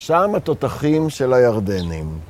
שם התותחים של הירדנים.